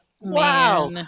Wow